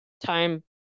time